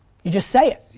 you just say it,